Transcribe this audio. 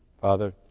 Father